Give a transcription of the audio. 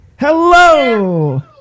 Hello